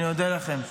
אני אודה לכם.